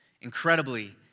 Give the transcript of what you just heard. Incredibly